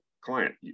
client